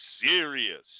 serious